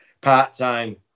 part-time